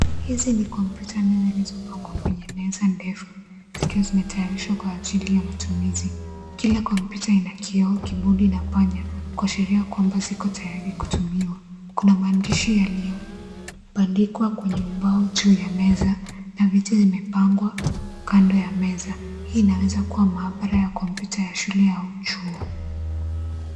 Hizi ni kompyuta nyingi zilizopangwa kwenye meza ndefu. Zikiwa zimetayarishwa kwa ajili ya matumizi. Kila kompyuta ina kioo, kibodi na panya kwashiria kwamba ziko tayari kutumiwa. Kuna maandishi yaliyobandikwa kwenye ubao juu ya meza. Na vitu zimepangwa kando ya meza. Hii inaweza kuwa maabara ya kompyuta ya shule ya chuo.